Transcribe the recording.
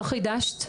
לא חידשת.